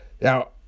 Now